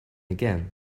again